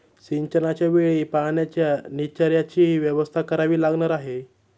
सिंचनाच्या वेळी पाण्याच्या निचर्याचीही व्यवस्था करावी लागणार आहे